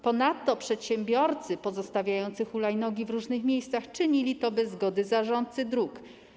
Ponadto przedsiębiorcy pozostawiający hulajnogi w różnych miejscach czynili to bez zgody zarządcy dróg.